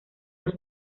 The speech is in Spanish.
los